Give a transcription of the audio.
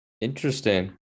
Interesting